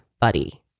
Buddy